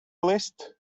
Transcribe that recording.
list